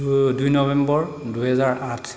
দুই নৱেম্বৰ দুহেজাৰ আঠ